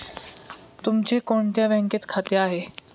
तुमचे कोणत्या बँकेत खाते आहे?